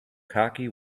cocky